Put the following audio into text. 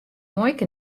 muoike